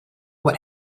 what